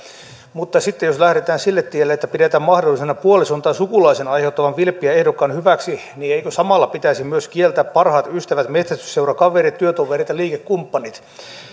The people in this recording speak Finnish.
mutta sitten jos lähdetään sille tielle että pidetään mahdollisena puolison tai sukulaisen aiheuttamaa vilppiä ehdokkaan hyväksi niin eikö samalla pitäisi kieltää myös parhaat ystävät metsästysseurakaverit työtoverit ja liikekumppanit